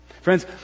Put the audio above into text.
friends